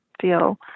feel